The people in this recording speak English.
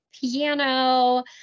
piano